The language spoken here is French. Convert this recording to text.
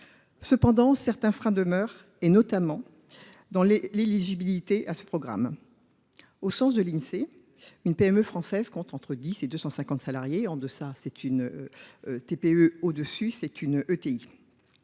Cependant, certains freins demeurent et notamment dans l'eligibilité à ce programme. Au sens de l'INSEE, une PME française compte entre 10 et 250 salariés, en deçà, c'est une TPE au-dessus, c'est une ETI.